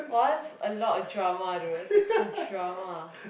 !wah! that's a lot of drama though that's like so drama